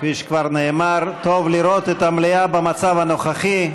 כפי שכבר נאמר, טוב לראות את המליאה במצב הנוכחי.